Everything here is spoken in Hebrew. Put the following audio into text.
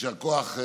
יישר כוח.